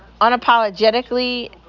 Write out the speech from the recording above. Unapologetically